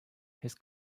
his